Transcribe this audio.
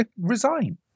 Resign